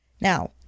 Now